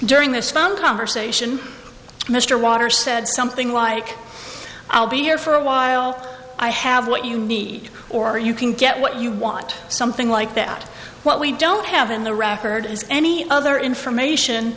during this found conversation mr water said something like i'll be here for a while i have what you need or you can get what you want something like that what we don't have in the record is any other information